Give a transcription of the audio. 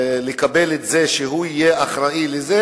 לקבל את זה שהוא יהיה אחראי לזה,